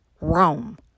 Rome